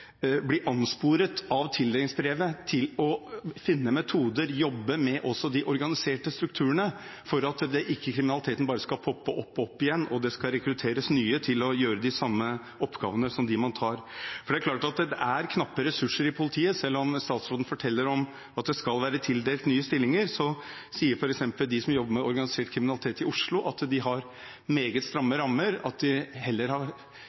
finne metoder og jobbe også med de organiserte strukturene for at ikke kriminaliteten bare skal poppe opp igjen, og det rekrutteres nye til å gjøre de samme oppgavene som gjøres av dem man tar. For det er klart at det er knappe ressurser i politiet. Selv om statsråden forteller at det skal være tildelt nye stillinger, sier f.eks. de som jobber med organisert kriminalitet i Oslo, at de har meget stramme rammer, og at de i hvert fall ikke har